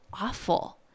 awful